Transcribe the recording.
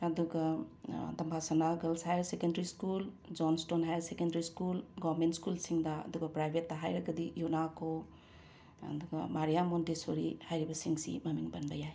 ꯑꯗꯨꯒ ꯇꯝꯐꯁꯅꯥ girls higher secondary school Johnstone higher secondary school government ꯁ꯭ꯀꯨꯜꯁꯤꯡꯗ ꯑꯗꯨꯒ ꯄ꯭ꯔꯥꯏꯕꯦꯠꯇ ꯍꯥꯏꯔꯒꯗꯤ ꯌꯨꯅꯥꯀꯣ ꯑꯗꯨꯒ ꯃꯥꯔꯤꯌꯥ ꯃꯣꯟꯇꯦꯁꯣꯔꯤ ꯍꯥꯏꯔꯤꯕꯁꯤꯡꯁꯤ ꯃꯃꯤꯡ ꯄꯟꯕ ꯌꯥꯏ